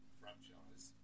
franchise